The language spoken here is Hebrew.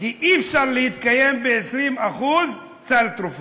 כי אי-אפשר להתקיים, 20% סל תרופות.